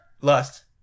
lust